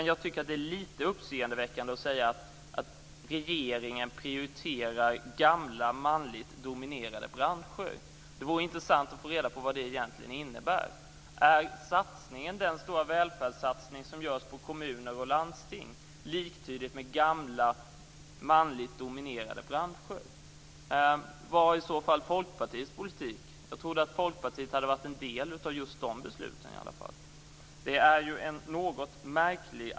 Jag tycker att det är litet uppseendeväckande att säga att regeringen prioriterar gamla, manligt dominerade branscher. Det vore intressant att få reda på vad det egentligen innebär. Är den stora välfärdssatsning som görs på kommuner och landsting liktydig med en satsning på gamla, manligt dominerade branscher? Vad är i så fall Folkpartiets politik? Jag trodde att Folkpartiet hade varit en del av just de besluten. Argumentationen är något märklig.